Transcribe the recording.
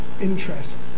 interest